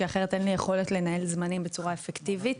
כי אחרת אין לי יכולת לנהל זמנים בצורה אפקטיבית.